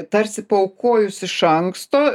tarsi paaukojus iš anksto